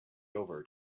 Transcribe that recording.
over